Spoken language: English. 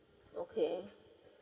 okay